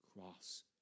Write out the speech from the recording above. cross